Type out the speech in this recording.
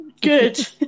Good